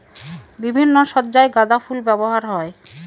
বিভিন্ন সজ্জায় গাঁদা ফুল ব্যবহার হয়